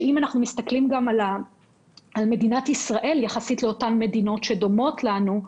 שאם אנחנו מסתכלים על מדינת ישראל יחסית לאותן מדינות שדומות לנו,